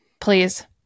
Please